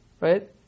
right